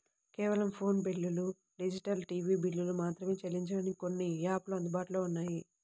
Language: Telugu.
కేవలం ఫోను బిల్లులు, డిజిటల్ టీవీ బిల్లులు మాత్రమే చెల్లించడానికి కొన్ని యాపులు అందుబాటులో ఉన్నాయి